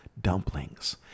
dumplings